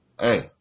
Hey